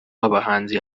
w’abahanzi